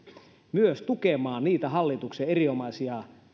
myös tukemaan niitä hallituksen erinomaisia